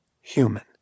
human